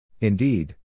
Indeed